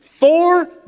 Four